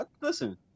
Listen